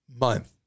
month